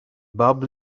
bob